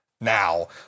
now